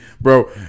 bro